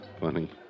Funny